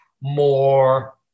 more